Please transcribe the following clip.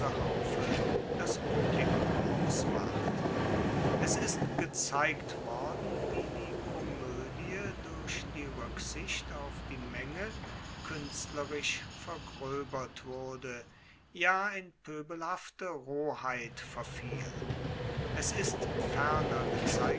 das publikum ausmacht es ist gezeigt worden wie die komoedie durch die ruecksicht auf die menge kuenstlerisch vergroebert wurde ja in poebelhafte roheit verfiel es ist ferner gezeigt